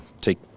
take